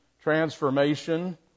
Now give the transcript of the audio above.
transformation